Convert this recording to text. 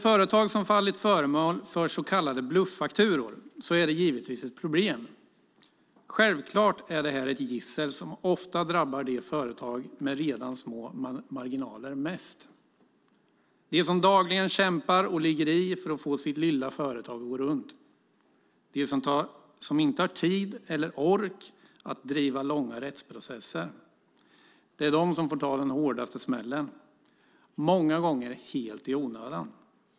Företag som har blivit föremål för så kallade bluffakturor är givetvis ett problem. Självfallet är det här ett gissel som ofta drabbar företag med redan små marginaler mest. Det är de som dagligen kämpar och ligger i för att få sitt lilla företag att gå runt. Det är de som inte har tid eller ork att driva långa rättsprocesser. Det är dessa företag som får ta den hårdaste smällen, många gånger helt i onödan.